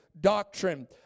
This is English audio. Doctrine